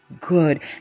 Good